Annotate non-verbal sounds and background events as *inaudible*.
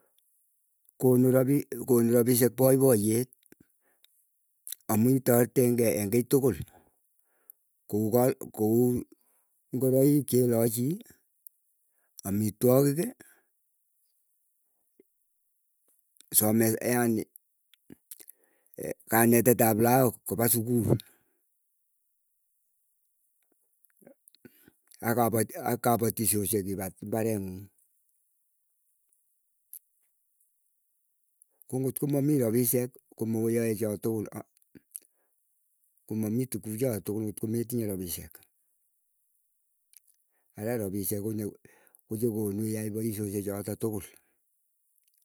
Konu rapisyek paipayet amuu itoretenkei enkiy tukul, kou ingoroik chelachi, amitwogiiki *unintelligible* kang'etet ap laak kopa sukul, akapatisyosiek kipat imbareng'uun. Ko ngotko mami rapisyek komoyae chatukul, komamii tukuu cha tugul kotko metinye rapisyek. Araa rapisiek kochekonu iai poisyosiek choto tukul.